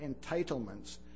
entitlements